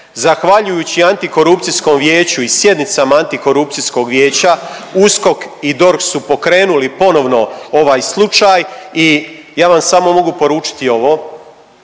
zahvaljujući Antikorupcijskom vijeću i sjednicama Antikorupcijskog vijeća USKOK i DORH su pokrenuli ponovno ovaj slučaj i ja vam samo mogu poručiti ovo,